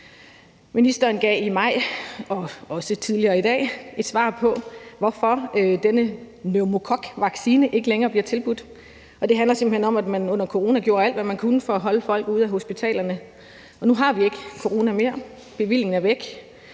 Ministeren gav i maj og også tidligere i dag et svar på, hvorfor denne pneumokokvaccine ikke længere bliver tilbudt, og det handler simpelt hen om, at man under corona gjorde alt, hvad man kunne, for at holde folk ude af hospitalerne, og nu har vi ikke corona mere, og bevillingen er væk,